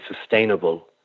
sustainable